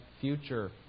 future